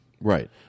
right